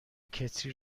کتری